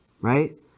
right